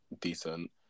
decent